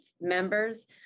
members